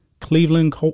Cleveland